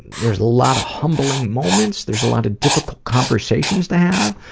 there's a lot of humbling moments, there's a lot of difficult conversations to have,